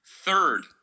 Third